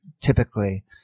typically